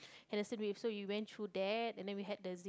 Henderson-Waves so we went through that and then we had the zig